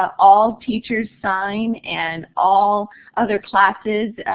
all teachers sign, and all other classes,